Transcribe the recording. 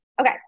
Okay